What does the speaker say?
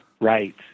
Right